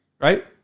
Right